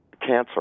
Cancer